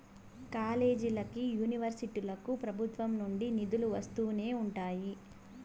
కాలేజీలకి, యూనివర్సిటీలకు ప్రభుత్వం నుండి నిధులు వస్తూనే ఉంటాయి